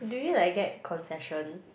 do you like get concession